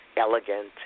Elegant